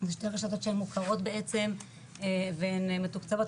זה שתי רשתות שהן מוכרות בעצם והן מתוקצבות,